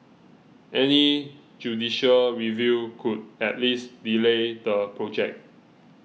any judicial review could at least delay the project